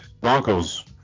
Broncos